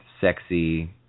sexy